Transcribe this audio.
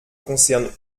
concerne